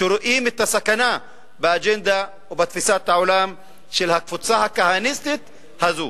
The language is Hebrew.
שרואים את הסכנה באג'נדה ובתפיסת העולם של הקבוצה הכהניסטית הזו.